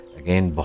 again